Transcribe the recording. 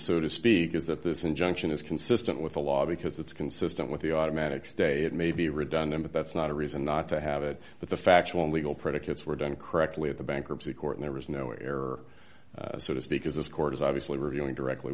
so to speak is that this injunction is consistent with the law because it's consistent with the automatic state may be redundant but that's not a reason not to have it but the factual and legal predicates were done correctly at the bankruptcy court there was no error so to speak as this court is obviously we're dealing directly